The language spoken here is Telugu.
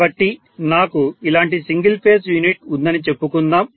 కాబట్టి నాకు ఇలాంటి సింగిల్ ఫేజ్ యూనిట్ ఉందని చెప్పుకుందాం